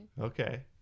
Okay